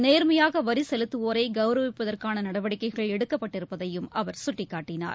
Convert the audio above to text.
நேர்மையாகவரிசெலுத்துவோரைகௌரவிப்பதற்கானநடவடிக்கைகள் எடுக்கப்பட்டிருப்பதையும் அவர் சுட்டிக்காட்டினார்